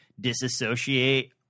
disassociate